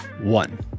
one